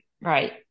Right